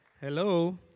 hello